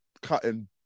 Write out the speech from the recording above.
cutting